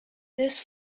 this